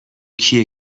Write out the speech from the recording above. کیه